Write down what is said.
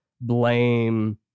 blame